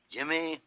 Jimmy